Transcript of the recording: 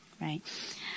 right